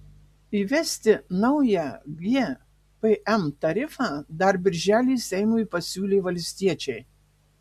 įvesti naują gpm tarifą dar birželį seimui pasiūlė valstiečiai